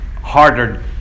harder